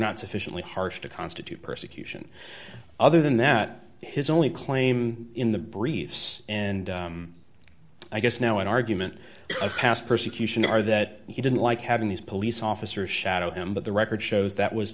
not sufficiently harsh to constitute persecution other than that his only claim in the briefs and i guess now an argument of past persecution are that he didn't like having these police officers shadow him but the record shows that was